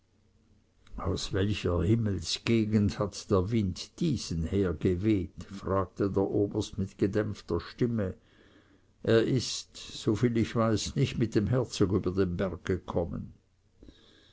aus welcher himmelsgegend hat der wind diesen hergeweht fragte der oberst mit gedämpfter stimme er ist soviel ich weiß nicht mit dem herzog über den berg gekommen